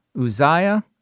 Uzziah